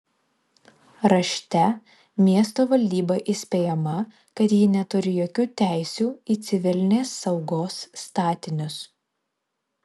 rašte miesto valdyba įspėjama kad ji neturi jokių teisių į civilinės saugos statinius